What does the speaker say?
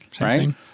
right